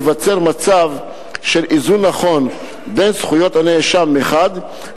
ייווצר מצב של איזון נכון בין זכויות הנאשם מחד גיסא